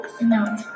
no